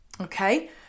Okay